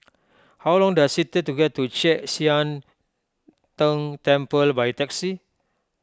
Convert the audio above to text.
how long does it take to get to Chek Sian Tng Temple by taxi